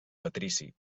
patrici